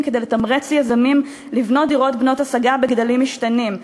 כדי לתמרץ יזמים לבנות דירות בנות-השגה בגדלים משתנים,